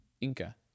inca